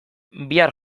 bihar